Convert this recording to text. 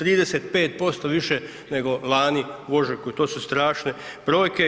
35% više nego lani u ožujku, to su strašne brojke.